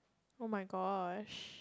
oh-my-gosh